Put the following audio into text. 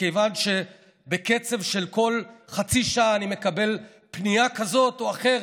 מכיוון שבקצב של כל חצי שעה אני מקבל פנייה כזאת או אחרת: